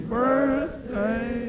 birthday